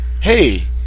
hey